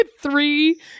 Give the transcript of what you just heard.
three